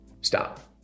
stop